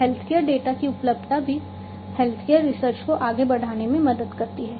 healthcare data की उपलब्धता भी हेल्थकेयर रिसर्च को आगे बढ़ाने में मदद करती है